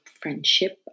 friendship